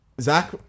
zach